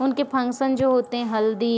उनके फंक्शन जो होते है हल्दी